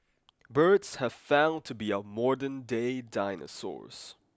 birds have found to be our modernday dinosaurs